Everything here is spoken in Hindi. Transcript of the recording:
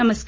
नमस्कार